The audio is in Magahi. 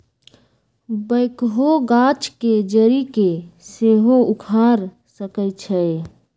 बैकहो गाछ के जड़ी के सेहो उखाड़ सकइ छै